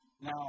Now